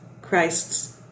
Christ's